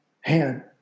hand